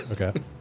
Okay